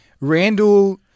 Randall